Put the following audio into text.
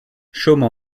chaumes